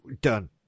Done